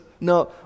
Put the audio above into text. No